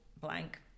blank